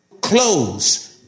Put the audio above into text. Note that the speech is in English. Clothes